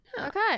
Okay